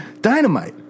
Dynamite